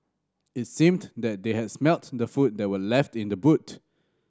it seemed that they had smelt the food that were left in the boot